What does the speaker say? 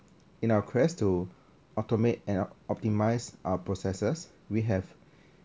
in our quest to automate and op~ optimise our processes we have